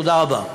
תודה רבה.